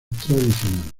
tradicionales